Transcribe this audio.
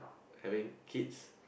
having kids